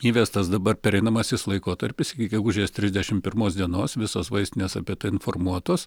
įvestas dabar pereinamasis laikotarpis iki gegužės trisdešimt pirmos dienos visos vaistinės apie tai informuotos